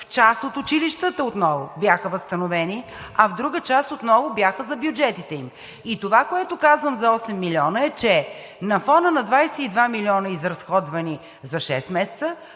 в част от училищата отново бяха възстановени, а в друга част отново бяха за бюджетите им. И това, което казвам за 8 милиона, е, че на фона на 22 милиона, изразходвани за шест месеца,